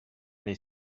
les